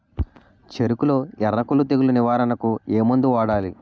చెఱకులో ఎర్రకుళ్ళు తెగులు నివారణకు ఏ మందు వాడాలి?